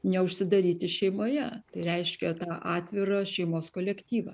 neužsidaryti šeimoje tai reiškia tą atvirą šeimos kolektyvą